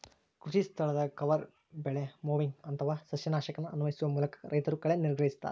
ಕೃಷಿಸ್ಥಳದಾಗ ಕವರ್ ಬೆಳೆ ಮೊವಿಂಗ್ ಅಥವಾ ಸಸ್ಯನಾಶಕನ ಅನ್ವಯಿಸುವ ಮೂಲಕ ರೈತರು ಕಳೆ ನಿಗ್ರಹಿಸ್ತರ